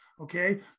okay